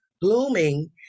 blooming